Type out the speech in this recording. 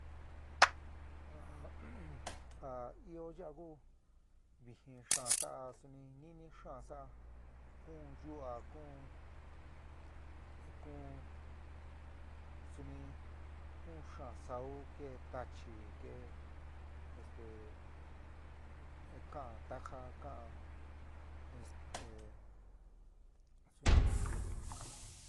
ja ɨó yaá ku vɨjɨn xaán sa'a suni nɨni xaán sa'a, kuún yu'a, kuún kuún suni kuún xaán sau, keé tachi, keé esté ka'án taaja kaán esté súni.